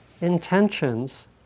intentions